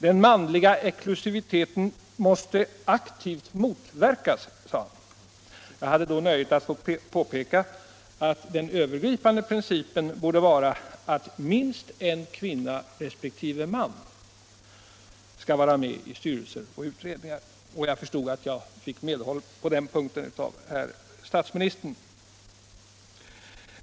Den manliga exklusiviteten måste aktivt motverkas, sade han. Jag hade då nöjet att få påpeka att den övergripande principen borde vara att minst en kvinna resp. man skall vara med i styrelser och utredningar. Och jag förstod att jag fick medhåll på den punkten av herr statsministern.